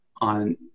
on